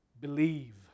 believe